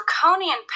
draconian